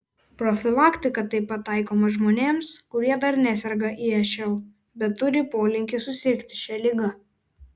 profilaktika taip pat taikoma žmonėms kurie dar neserga išl bet turi polinkį susirgti šia liga